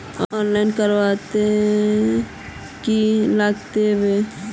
Online करवार की लगते वा?